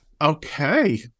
Okay